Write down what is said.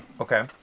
okay